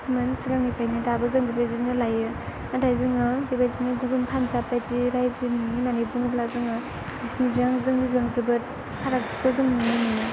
मोन सोलोंनायखायनो दाबो जों बेबायदिनो लायो नाथाय जोङो बेबायदिनो गुबुन पानजाब बायदि रायजोनि माने बुङोब्ला जोङो बिसोरनिजों जोंनिजों जोबोद फारागथिखौ जों नुनो मोनो